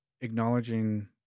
Acknowledging